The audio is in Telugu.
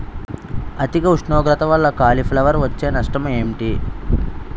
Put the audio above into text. అధిక ఉష్ణోగ్రత వల్ల కాలీఫ్లవర్ వచ్చే నష్టం ఏంటి?